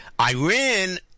Iran